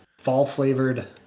fall-flavored